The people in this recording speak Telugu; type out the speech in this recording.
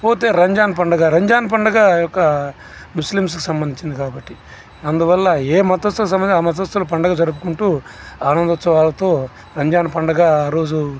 పోతే రంజాన్ పండుగ రంజాన్ పండగ యొక్క ముస్లిమ్స్కి సంబంధించినది కాబట్టి అందువల్ల ఏ మతస్తులు సంబంధించినది ఆ మతస్తులు పండుగ జరుపుకుంటూ ఆనంద ఉత్సవాలతో రంజాన్ పండుగ ఆరోజు